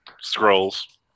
scrolls